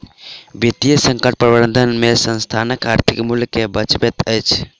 वित्तीय संकट प्रबंधन में संस्थानक आर्थिक मूल्य के बचबैत अछि